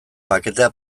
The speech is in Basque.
paketea